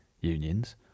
unions